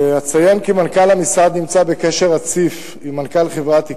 אציין כי מנכ"ל המשרד נמצא בקשר רציף עם מנכ"ל חברת "איקאה",